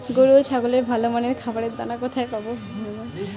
গরু ও ছাগলের ভালো মানের খাবারের দানা কোথায় পাবো?